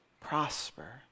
prosper